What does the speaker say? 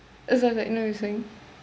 சொல்லு:sollu no you saying